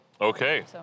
Okay